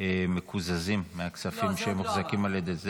מקוזזים מהכספים שמוחזקים --- לא,